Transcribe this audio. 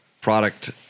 product